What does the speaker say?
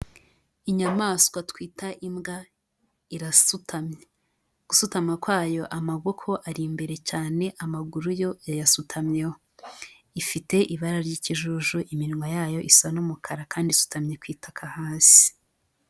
Inyamaswa twita imbwa irasutamye, gusutama kwayo amaboko ari imbere cyane amaguru yo yayasutamyeho, ifite ibara ry'ikijuju iminwa yayo isa n'umukara kandi isutamye ku itaka hasi.